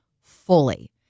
fully